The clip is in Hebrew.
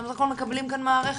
אתם בסך הכול מקבלים כאן מערכת,